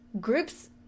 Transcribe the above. Groups